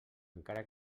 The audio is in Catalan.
encara